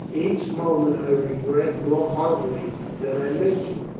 each moment i regret more heartily that i missed you.